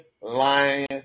lying